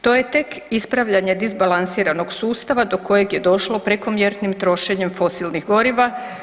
To je tek ispravljanje disbalansiranog sustava do kojeg je došlo prekomjernim trošenjem fosilnih goriva.